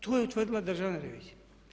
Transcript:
To je utvrdila državna revizija.